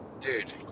dude